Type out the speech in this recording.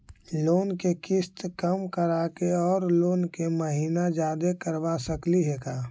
Loan के किस्त कम कराके औ लोन के महिना जादे करबा सकली हे का?